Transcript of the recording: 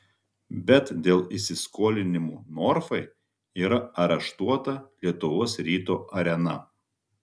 bet dėl įsiskolinimų norfai yra areštuota lietuvos ryto arena